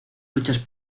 luchas